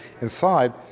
inside